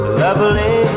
lovely